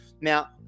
Now